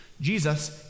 Jesus